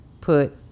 put